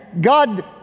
God